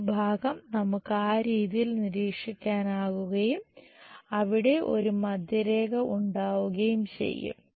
ഈ ഭാഗം നമുക്ക് ആ രീതിയിൽ നിരീക്ഷിക്കാനാകുകയും അവിടെ ഒരു മധ്യരേഖ ഉണ്ടാവുകയും ചെയ്യും